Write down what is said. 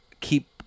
Keep